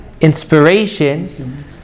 inspiration